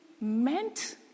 meant